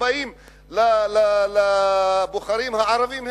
כשבאים לבוחרים הערבים,